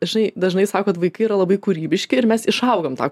žinai dažnai sako kad vaikai yra labai kūrybiški ir mes išaugam tą